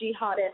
jihadists